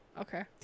okay